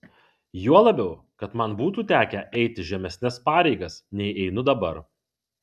juo labiau kad man būtų tekę eiti žemesnes pareigas nei einu dabar